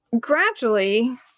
gradually